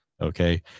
okay